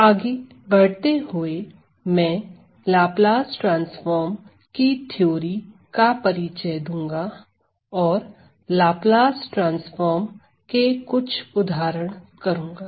आगे बढ़ते हुए मैं लाप्लास ट्रांसफॉर्म की थ्योरी का परिचय दूंगा और लाप्लास ट्रांसफार्म के कुछ उदाहरण करूंगा